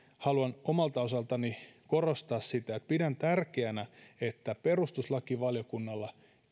haluan omalta osaltani korostaa sitä että pidän tärkeänä että perustuslakivaliokunnalla